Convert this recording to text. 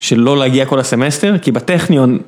שלא להגיע כל הסמסטר, כי בטכניון...